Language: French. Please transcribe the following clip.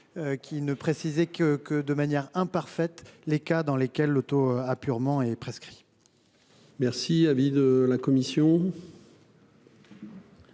Qui ne précisé que que de manière imparfaite les cas dans lesquels le taux a purement et prescrit.--